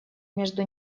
между